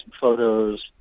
photos